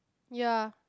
ya